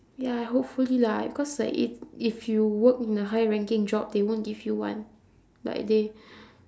ya hopefully lah cause like if if you work in a high-ranking job they won't give you [one] like they